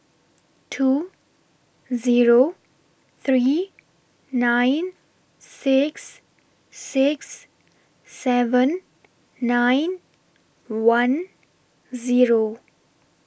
two Zero three nine six six seven nine one Zero